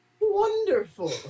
Wonderful